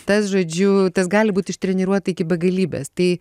tas žodžiu tas gali būt ištreniruota iki begalybės tai